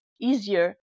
easier